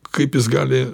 kaip jis gali